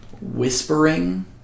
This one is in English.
whispering